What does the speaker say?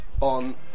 on